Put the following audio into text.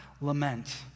lament